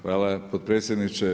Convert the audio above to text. Hvala potpredsjedniče.